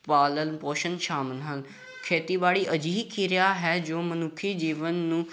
ਪਾਲਣ ਪੋਸ਼ਣ ਸ਼ਾਮਿਲ ਹਨ ਖੇਤੀਬਾੜੀ ਅਜਿਹੀ ਕਿਰਿਆ ਹੈ ਜੋ ਮਨੁੱਖੀ ਜੀਵਨ ਨੂੰ